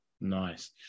nice